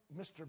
Mr